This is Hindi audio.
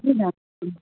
जी मैम